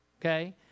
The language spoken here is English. okay